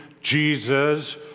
Jesus